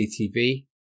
CCTV